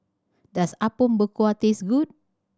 does Apom Berkuah taste good